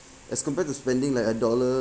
as compared to spending like a dollar